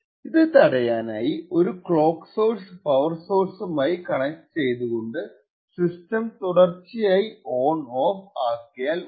ഇത് തടയാനായി ഒരു ക്ലോക്ക് സോഴ്സ് പവർ സോഴ്സ്മായി കണക്ട് ചെയ്തു കൊണ്ട് സിസ്റ്റം തുടർച്ചയായി ഓൺഓഫ് ആക്കിയാൽ മതി